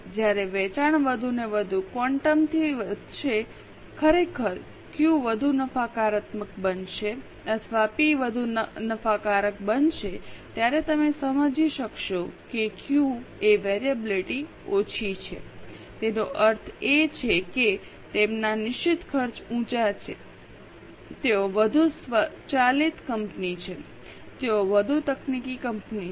જ્યારે વેચાણ વધુને વધુ ક્વોન્ટમ થી વધશે ખરેખર ક્યૂ વધુ નફાકારક બનશે અથવા પી વધુ નફાકારક બનશે ત્યારે તમે સમજી શકશો કે ક્યૂ માટે વેરીએબિલીટી ઓછી છે તેનો અર્થ એ કે તેમના નિશ્ચિત ખર્ચ ઊંચા છે તેઓ વધુ સ્વચાલિત કંપની છે તેઓ વધુ તકનીકી કંપની છે